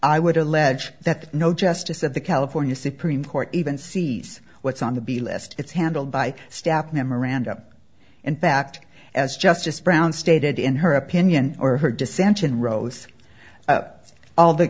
i would allege that no justice of the california supreme court even sees what's on the b list it's handled by staff memoranda in fact as justice brown stated in her opinion or her dissension rose all the